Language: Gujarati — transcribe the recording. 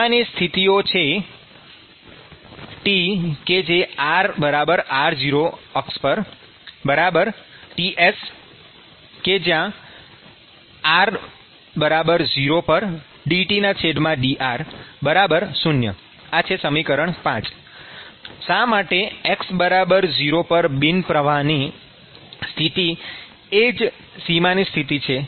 સીમાની સ્થિતિઓ છે Trr0Ts∂T∂r|r00 ૫ શા માટે x0 પર બિન પ્રવાહની સ્થિતિ એ જ સીમાની સ્થિતિ છે